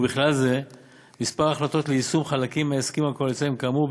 ובכלל זה מספר החלטות ליישום חלקים מההסכמים הקואליציוניים כאמור,